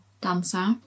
dancer